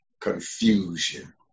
confusion